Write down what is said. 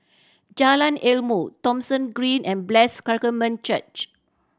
Jalan Ilmu Thomson Green and Blessed Sacrament Church